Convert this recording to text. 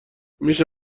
میشه